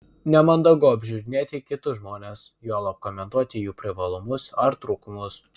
nemandagu apžiūrinėti kitus žmones juolab komentuoti jų privalumus ar trūkumus